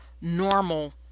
normal